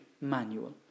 manual